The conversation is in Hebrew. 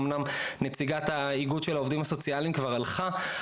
אומנם נציגת האיגוד של העובדים הסוציאליים כבר הלכה,